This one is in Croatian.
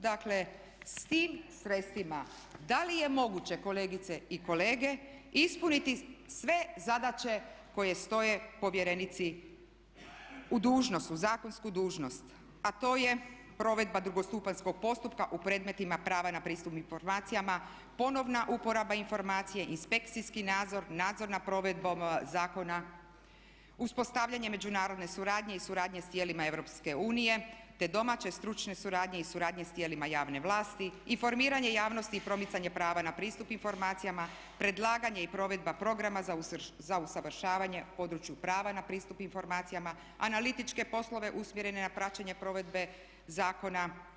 Dakle, s tim sredstvima da li je moguće kolegice i kolege ispuniti sve zadaće koje stoje povjerenici u dužnost, u zakonsku dužnost, a to je provedba drugostupanjskog postupka u predmetima prava na pristup informacijama, ponovna uporaba informacija, inspekcijski nadzor, nadzor nad provedbom zakona, uspostavljanje međunarodne suradnje i suradnje s tijelima Europske unije, te domaće stručne suradnje i suradnje s tijelima javne vlasti i formiranje javnosti i promicanje prava na pristup informacijama, predlaganje i provedba programa za usavršavanje u području prava na pristup informacijama, analitičke poslove usmjerene na praćenje provedbe zakona.